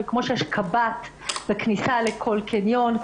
שכמו שיש קב"ט בכניסה לכל קניון,